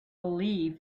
believe